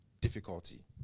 difficulty